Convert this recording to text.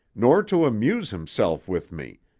nor to amuse himself with me,